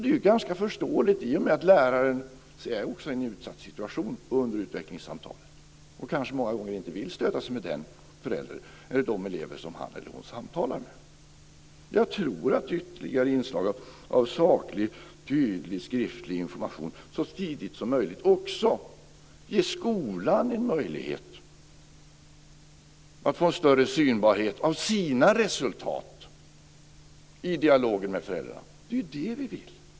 Det är ju ganska förståeligt i och med att läraren också är i en utsatt situation under utvecklingssamtalet och kanske många gånger inte vill stöta sig med den förälder eller den elev som han eller hon samtalar med. Jag tror att ytterligare inslag av saklig och tydlig skriftlig information så tidigt som möjligt också ger skolan en möjlighet att få en större synbarhet av sina resultat i dialogen med föräldrarna. Det är ju det vi vill.